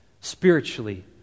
spiritually